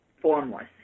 formless